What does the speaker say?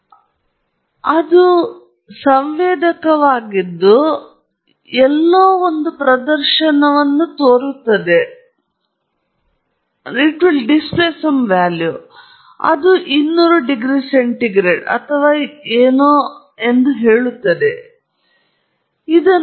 ಮತ್ತು ಅದು ಆ ಸಂವೇದಕವಾಗಿದ್ದು ಅದು ಹೊರಗೆ ಎಲ್ಲೋ ಒಂದು ಪ್ರದರ್ಶನವನ್ನು ಹೇಗೆ ನೋಡುತ್ತದೆ ಅದು 200 ಡಿಗ್ರಿ C ಅಥವಾ ಯಾವುದೇ ಎಂದು ಹೇಳುತ್ತದೆ